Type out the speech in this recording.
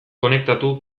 konektatu